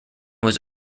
was